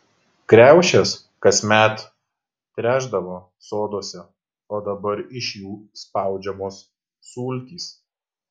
kriaušės kasmet trešdavo soduose o dabar iš jų spaudžiamos sultys